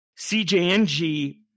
CJNG